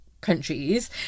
countries